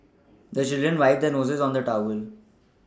the children wipe their noses on the towel